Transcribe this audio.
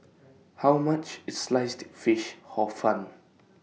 How much IS Sliced Fish Hor Fun